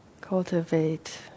cultivate